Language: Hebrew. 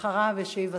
אחריו ישיב השר.